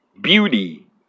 Beauty